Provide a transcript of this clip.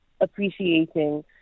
appreciating